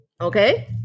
Okay